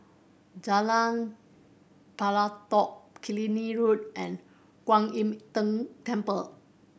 Jalan Pelatok Killiney Road and Kuan Im Tng Temple